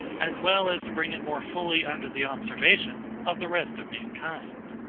as well as to bring it more fully under the observation, of the rest of mankind.